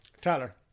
Tyler